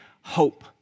hope